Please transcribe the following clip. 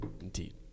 Indeed